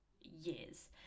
years